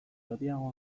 lodiago